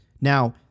Now